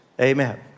amen